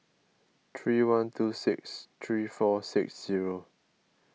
three one two six three four six zero